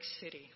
City